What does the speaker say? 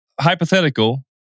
hypothetical